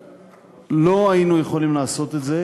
לא היינו יכולים לעשות את זה